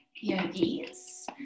yogis